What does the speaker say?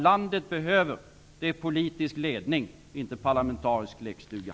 Landet behöver politisk ledning och inte parlamentarisk lekstuga.